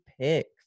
Picks